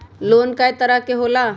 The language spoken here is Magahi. लोन कय तरह के होला?